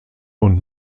und